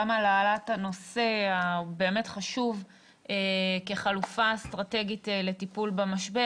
גם על העלאת הנושא הבאמת חשוב כחלופה אסטרטגית לטיפול במשבר.